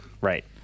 right